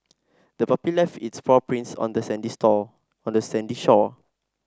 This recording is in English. the puppy left its paw prints on the sandy store on the sandy shore